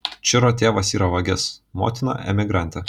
čiro tėvas yra vagis motina emigrantė